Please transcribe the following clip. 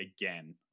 again